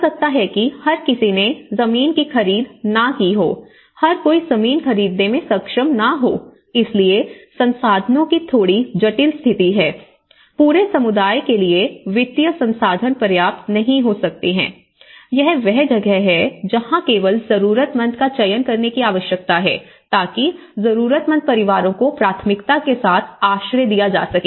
हो सकता है कि हर किसी ने जमीन की खरीद न की हो हर कोई जमीन खरीदने में सक्षम ना हो इसलिए संसाधनों की थोड़ी जटिल स्थिति है पूरे समुदाय के लिए वित्तीय संसाधन पर्याप्त नहीं हो सकते हैं यह वह जगह है जहां केवल जरूरतमंद का चयन करने की आवश्यकता है ताकि जरूरतमंद परिवारों को प्राथमिकता के साथ आश्रय दिया जा सके